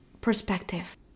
perspective